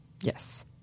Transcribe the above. Yes